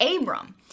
Abram